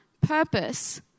purpose